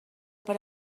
per